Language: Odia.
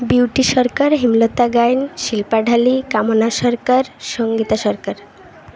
ବିୟୁଟି ସରକାର ହିମ୍ଲତା ଗାଇନ ଶିଳ୍ପା ଢାଲି କାମନା ସରକାର ସଙ୍ଗୀତା ସରକାର